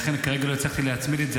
לכן כרגע לא הצלחתי להצמיד את זה,